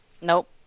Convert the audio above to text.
Nope